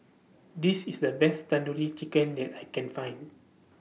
This IS The Best Tandoori Chicken that I Can Find